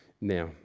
now